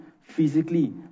physically